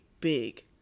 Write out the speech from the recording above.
big